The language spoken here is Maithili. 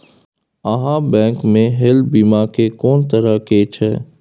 आहाँ बैंक मे हेल्थ बीमा के कोन तरह के छै?